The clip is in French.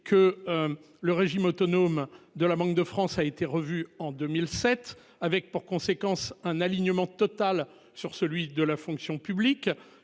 que. Le régime autonome de la Banque de France a été revu en 2007 avec pour conséquence un alignement total sur celui de la fonction publique